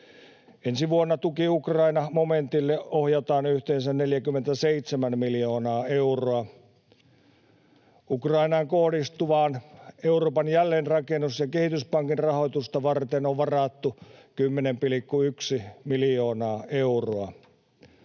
Ensi vuonna Tuki Ukrainalle ‑momentille ohjataan yhteensä 47 miljoonaa euroa. Ukrainaan kohdistuvaa Euroopan jälleenrakennus- ja kehityspankin rahoitusta varten on varattu 10,1 miljoonaa euroa.